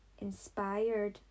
inspired